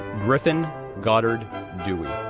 griffin goddard dewey,